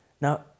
Now